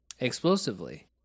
explosively